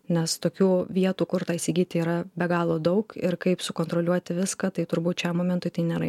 nes tokių vietų kur tą įsigyti yra be galo daug ir kaip sukontroliuoti viską tai turbūt šiam momentui tai nėra